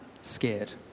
scared